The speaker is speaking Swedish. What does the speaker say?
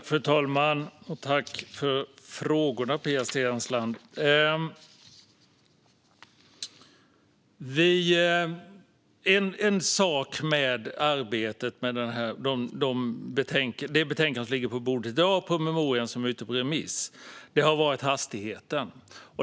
Fru talman! Tack för frågorna, Pia Steensland! En sak när det gäller arbetet med det betänkande som ligger på bordet i dag och den promemoria som är ute på remiss har varit hastigheten.